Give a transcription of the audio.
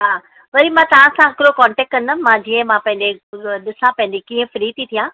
हा वरी मां तव्हां सां हिकिड़ो कॉन्टेक्ट कंदमि मां जीअं मां पंहिंजे घरु सां पंहिंजे कीअं फ्री थी थियां